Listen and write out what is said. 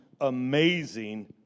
amazing